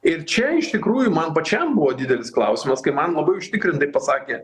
ir čia iš tikrųjų man pačiam buvo didelis klausimas kai man labai užtikrintai pasakė